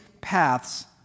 paths